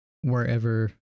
wherever